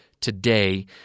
today